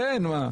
כן.